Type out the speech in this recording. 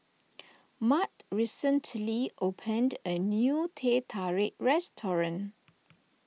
Mart recently opened a new Teh Tarik restaurant